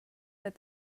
that